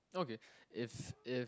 okay if if